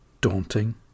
daunting